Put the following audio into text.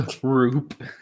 group